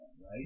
right